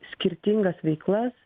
skirtingas veiklas